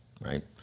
right